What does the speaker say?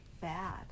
bad